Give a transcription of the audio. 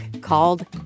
called